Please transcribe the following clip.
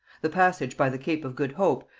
the passage by the cape of good hope,